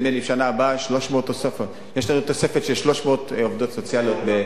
ובשנה הבאה נדמה לי יש תוספת של 300 עובדות סוציאליות.